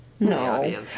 No